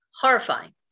Horrifying